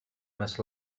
must